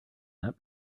that